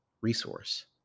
resource